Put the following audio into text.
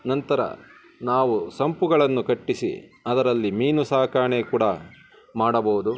ನಂತರ ನಾವು ಸಂಪುಗಳನ್ನು ಕಟ್ಟಿಸಿ ಅದರಲ್ಲಿ ಮೀನು ಸಾಕಾಣೆ ಕೂಡ ಮಾಡಬೋದು